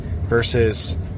versus